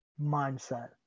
mindset